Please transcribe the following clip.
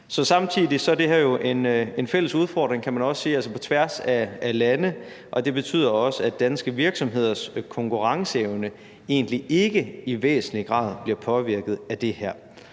Samtidig er det her jo en fælles udfordring, kan man også sige, altså på tværs af lande, og det betyder også, at danske virksomheders konkurrenceevne egentlig ikke i væsentlig grad bliver påvirket af det her.